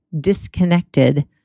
disconnected